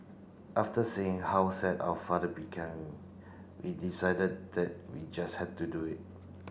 after seeing how sad our father become we decided that we just had to do it